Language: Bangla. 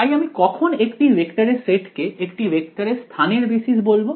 তাই আমি কখন একটি ভেক্টরের সেট কে একটি ভেক্টরের স্থানের বেসিস বলবো